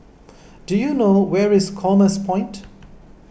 do you know where is Commerce Point